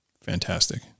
Fantastic